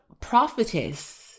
prophetess